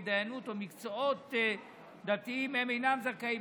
דיינות או מקצועות דתיים הם אינם זכאים,